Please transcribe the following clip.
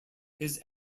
his